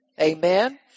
Amen